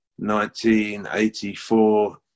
1984